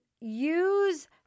use